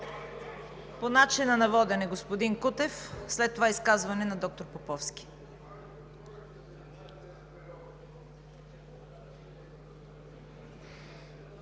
По начина на водене – господин Кутев. След това изказване на доктор Поповски.